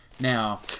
Now